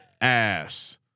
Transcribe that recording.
ass